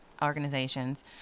organizations